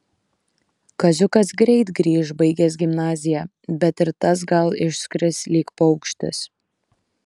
kaziukas greit grįš baigęs gimnaziją bet ir tas gal išskris lyg paukštis